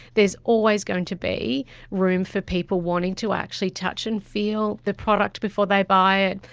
there's always going to be room for people wanting to actually touch and feel the product before they buy it,